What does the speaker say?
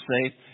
say